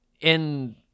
in-